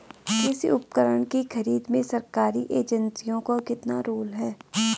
कृषि उपकरण की खरीद में सरकारी एजेंसियों का कितना रोल है?